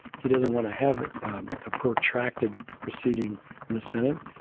he doesn't want to have a protracted proceeding in the senate.